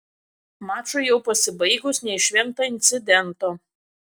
mačui jau pasibaigus neišvengta incidento